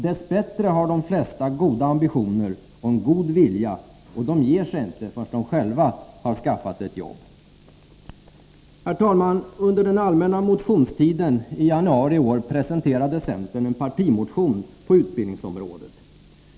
Dess bättre har de flesta goda ambitioner och en god vilja. De ger sig inte förrän de själva har skaffat ett jobb. Herr talman! Under allmänna motionstiden i januari presenterade centern en partimotion på utbildningsområdet.